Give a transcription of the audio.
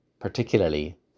particularly